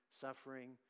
suffering